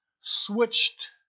switched